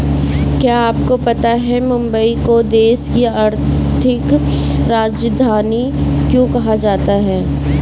क्या आपको पता है मुंबई को देश की आर्थिक राजधानी क्यों कहा जाता है?